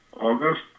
August